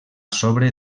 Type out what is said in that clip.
sobre